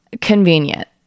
Convenient